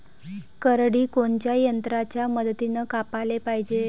करडी कोनच्या यंत्राच्या मदतीनं कापाले पायजे?